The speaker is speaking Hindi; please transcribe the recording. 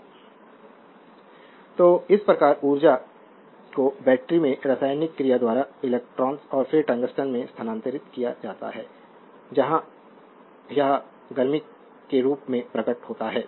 स्लाइड समय देखें 0824 तो इस प्रकार ऊर्जा को बैटरी में रासायनिक क्रिया द्वारा इलेक्ट्रॉन्स और फिर टंगस्टन में स्थानांतरित किया जाता है जहां यह गर्मी के रूप में प्रकट होता है